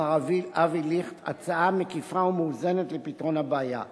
מר אבי ליכט, הצעה מקיפה ומאוזנת לפתרון הבעיה.